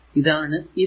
ഇതാണ് ഇവിടെ